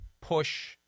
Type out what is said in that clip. push